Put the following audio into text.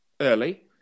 early